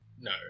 no